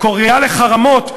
קריאה לחרמות,